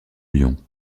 lion